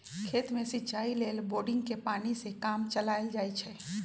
खेत में सिचाई लेल बोड़िंगके पानी से काम चलायल जाइ छइ